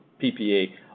PPA